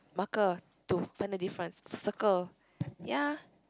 marker to find the difference circle ya